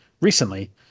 recently